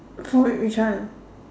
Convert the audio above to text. for w~ which one